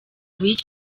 biki